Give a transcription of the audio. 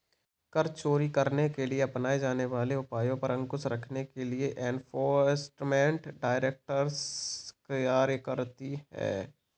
कर चोरी करने के लिए अपनाए जाने वाले उपायों पर अंकुश रखने के लिए एनफोर्समेंट डायरेक्टरेट कार्य करती है